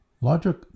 Logic